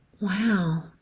wow